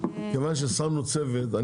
כיוון ששמנו צוות,